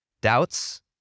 doubts